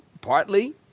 Partly